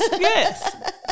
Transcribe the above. yes